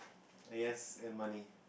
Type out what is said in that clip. ! guess and money